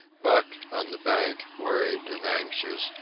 buck, on the bank, worried and anxious,